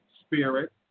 spirit